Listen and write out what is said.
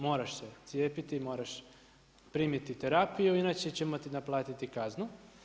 Moraš se cijepiti, moraš primiti terapiju, inače ćemo ti naplatiti kaznu.